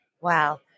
Wow